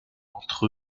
entre